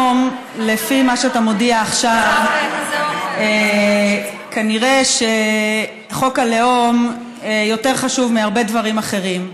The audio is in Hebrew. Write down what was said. לפי מה שאתה מודיע עכשיו כנראה שחוק הלאום יותר חשוב מהרבה דברים אחרים.